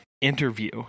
interview